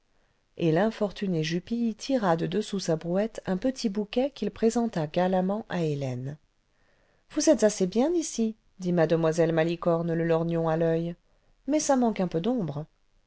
et l'infortuné jupille tira cle dessous sa brouette un petit bouquet qu'il présenta galamment à hélène ce vous êtes assez bien ici dit mademoiselle malicorne le lorgnon à l'oeil mais ça manque un peu d'ombre